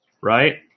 Right